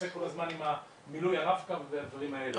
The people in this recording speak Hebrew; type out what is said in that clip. ולהתעסק כל הזמן במילוי הרב קו והדברים האלה.